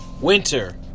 Winter